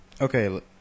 Okay